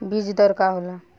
बीज दर का होला?